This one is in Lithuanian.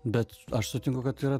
bet aš sutinku kad yra